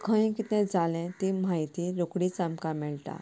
खंयी कितें जालें ती म्हायती रोकडीच आमकां मेळटा